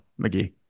McGee